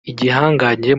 igihangange